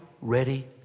ready